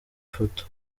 ifoto